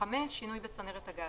שינוי בצנרת הגז.